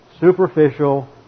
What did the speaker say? superficial